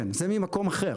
כן, זה ממקום אחר.